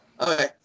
Okay